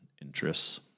interests